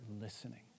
listening